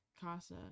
Casa